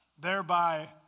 thereby